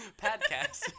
podcast